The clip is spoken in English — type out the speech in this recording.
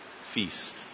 feast